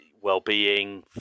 well-being